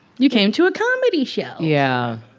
you came to a comedy show yeah.